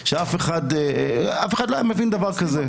אף אחד לא היה מבין דבר כזה.